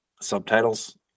subtitles